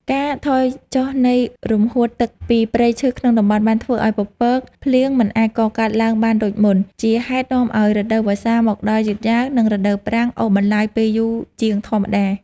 ការថយចុះនៃរំហួតទឹកពីព្រៃឈើក្នុងតំបន់ បានធ្វើឱ្យពពកភ្លៀងមិនអាចកកើតឡើងបានដូចមុន ជាហេតុនាំឱ្យរដូវវស្សាមកដល់យឺតយ៉ាវ និងរដូវប្រាំងអូសបន្លាយពេលយូរជាងធម្មតា។